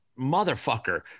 motherfucker